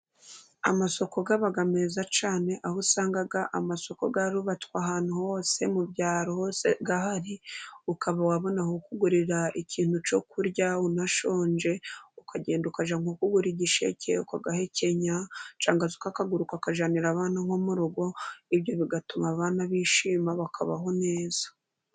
Amasoko aba meza cyane, aho usanga amasoko yarubatswe ahantu hose, mu byaro, hose ahari ukaba wabona aho ugurira ikintu cyo kurya, unashonje ukagenda ukajya nko kugura igisheke ukagihekenya, cyngwa se ukakigura ukakijyanira abana bo mu rugo, ibyo bigatuma abana bishima bakabaho neza.